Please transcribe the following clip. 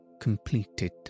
completed